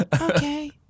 Okay